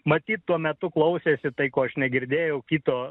matyt tuo metu klausėsi tai ko aš negirdėjau kito